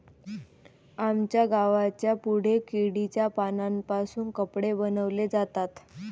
आमच्या गावाच्या पुढे केळीच्या पानांपासून कपडे बनवले जातात